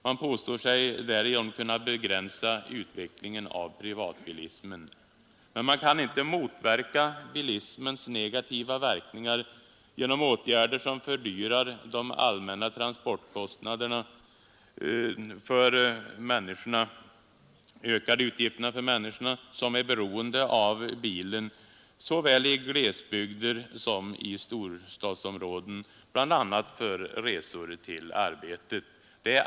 Man påstår sig därigenom kunna begränsa utvecklingen av privatbilismen. Men man bör inte motverka bilismens negativa följder genom åtgärder som fördyrar de allmänna transportkostnaderna och ökar utgifterna för de många — såväl i glesbygder som i storstadsområden — som är beroende av bilen, bl.a. för resor till arbetet.